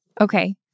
Okay